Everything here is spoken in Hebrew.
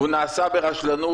הוא נעשה ברשלנות.